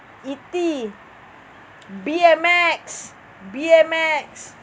E_T B_M_X B_M_X